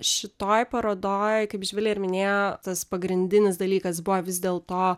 šitoj parodoj kaip živilė ir minėjo tas pagrindinis dalykas buvo vis dėlto